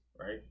right